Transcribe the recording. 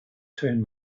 turn